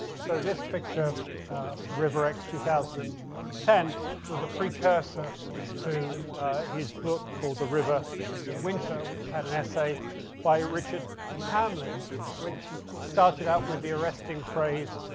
so this picture river exe, two thousand and ten was a precursor to his book called the river in winter which had an essay by richard hamlin which started out with the arresting phrase,